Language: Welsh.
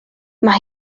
mae